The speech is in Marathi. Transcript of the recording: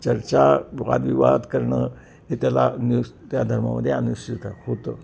चर्चा वादविवाद करणं हे त्याला न्यु त्या धर्मामध्ये अनुस्यूत होतं